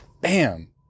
bam